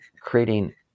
creating